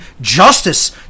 justice